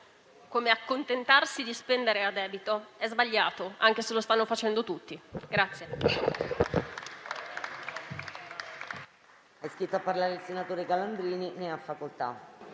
(come accontentarsi di spendere a debito) è sbagliato anche se lo stanno facendo tutti.